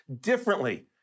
differently